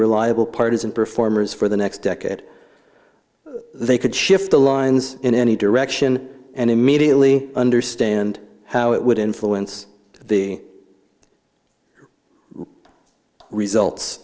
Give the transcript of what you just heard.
reliable partisan performers for the next decade they could shift the lines in any direction and immediately understand how it would influence the results